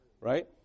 right